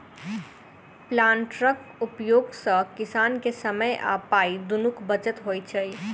प्लांटरक उपयोग सॅ किसान के समय आ पाइ दुनूक बचत होइत छै